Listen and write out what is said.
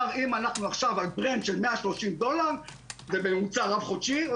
אם אנחנו עכשיו על ברנד של 130 דולר בממוצע רב חודשי,